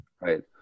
right